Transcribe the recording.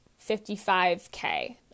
55k